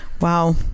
Wow